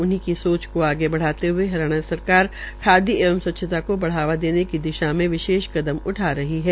उन्ही की सोच को आगे बढाते हए हरियाणा सरकार खादी एवं स्वच्छता को बढावा देने की दिशा में विशेष कदम उठा रही है